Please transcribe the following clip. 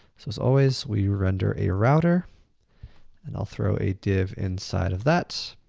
so as always, we render a router and i'll throw a div inside of that.